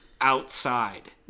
outside